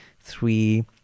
three